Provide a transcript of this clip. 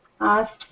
asked